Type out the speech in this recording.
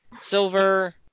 silver